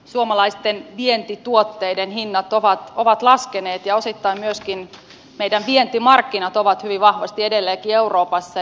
suomalaisten vientituotteiden hinnat ovat laskeneet ja osittain myöskin meidän vientimarkkinat ovat hyvin vahvasti laskeneet edelleenkin euroopassa